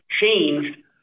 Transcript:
changed